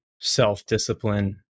self-discipline